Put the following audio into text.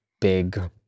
big